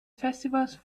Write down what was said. festivals